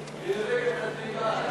אסירים, התשע"ג 2013,